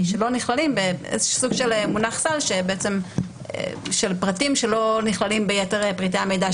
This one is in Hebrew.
שלא נכללים בסוג של מונח סל של פרטים שלא נכללים ביתר פרטי המידע.